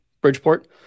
Bridgeport